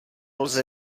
lze